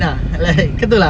mm